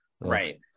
Right